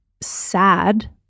sad